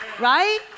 right